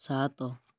ସାତ